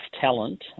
talent